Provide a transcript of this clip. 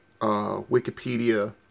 Wikipedia